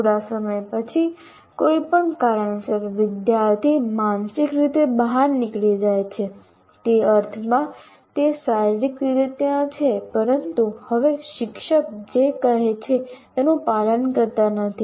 થોડા સમય પછી કોઈ પણ કારણસર વિદ્યાર્થી માનસિક રીતે બહાર નીકળી જાય છે તે અર્થમાં તે શારીરિક રીતે ત્યાં છે પરંતુ હવે શિક્ષક જે કહે છે તેનું પાલન કરતા નથી